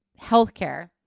healthcare